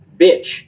bitch